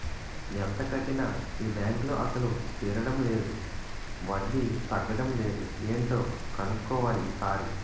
ఎంత కట్టినా ఈ బాంకులో అసలు తీరడం లేదు వడ్డీ తగ్గడం లేదు ఏటో కన్నుక్కోవాలి ఈ సారి